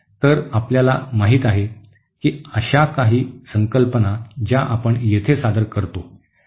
तर आपल्याला माहिती आहे की अशा काही संकल्पना ज्या आपण येथे सादर करतो